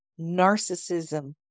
narcissism